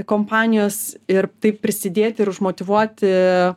kompanijos ir taip prisidėti ir užmotyvuoti